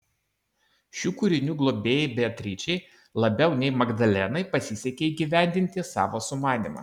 šių kūrinių globėjai beatričei labiau nei magdalenai pasisekė įgyvendinti savo sumanymą